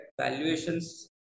valuations